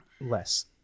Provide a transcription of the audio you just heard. less